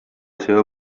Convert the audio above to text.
seva